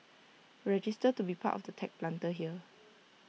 register to be part of tech Planter here